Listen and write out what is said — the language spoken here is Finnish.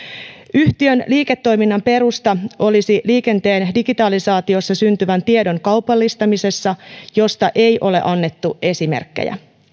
yhtiön liiketoiminnan perusta olisi liikenteen digitalisaatiossa syntyvän tiedon kaupallistamisessa josta ei ole annettu esimerkkejä